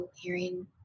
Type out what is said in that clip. hearing